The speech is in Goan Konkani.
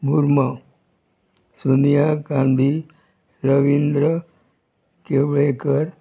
मुरमा सोनिया गांधी रविंद्र केवळेकर